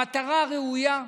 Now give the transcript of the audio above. המטרה ראויה,